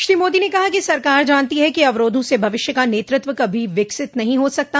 श्री मोदी ने कहा कि सरकार जानती है कि अवरोधों से भविष्य का नेतृत्व कभी विकसित नहीं हो सकता